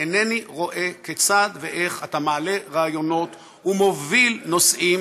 אינני רואה כיצד ואיך אתה מעלה רעיונות ומוביל נושאים